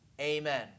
Amen